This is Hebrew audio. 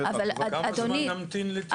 כמה זמן נמתין לתכנון?